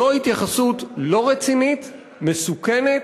זו התייחסות לא רצינית, מסוכנת,